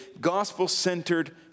gospel-centered